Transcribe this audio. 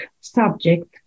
subject